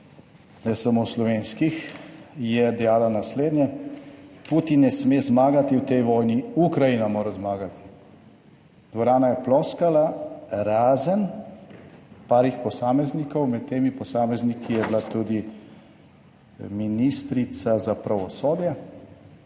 ne samo slovenskih, je dejala naslednje: »Putin ne sme zmagati v tej vojni, Ukrajina mora zmagati.« Dvorana je ploskala, razen parih posameznikov, med temi posamezniki je bila tudi ministrica za pravosodje